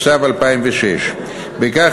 התשס"ו 2006. בכך,